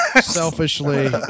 selfishly